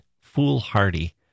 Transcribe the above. foolhardy